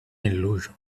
illusion